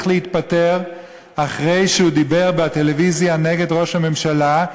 להתפטר אחרי שהוא דיבר בטלוויזיה נגד ראש הממשלה,